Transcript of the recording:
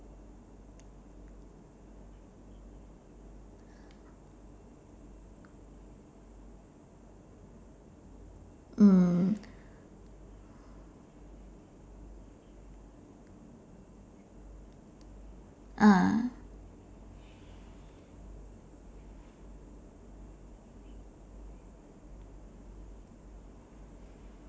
mm ah